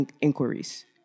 inquiries